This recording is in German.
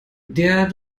der